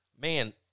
Man